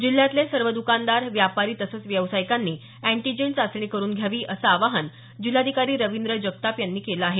जिल्ह्यातले सर्व दुकानदार व्यापारी तसंच व्यावसायिकांनी अँटीजेन चाचणी करून घ्यावी असं आवाहन जिल्हाधिकारी रविंद्र जगताप यांनी केलं आहे